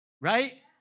right